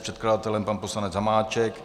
Předkladatelem je pan poslanec Hamáček.